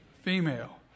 female